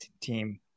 team